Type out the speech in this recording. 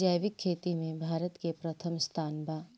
जैविक खेती में भारत के प्रथम स्थान बा